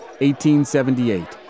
1878